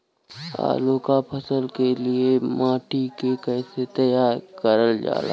आलू क फसल के लिए माटी के कैसे तैयार करल जाला?